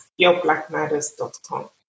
yourblackmatters.com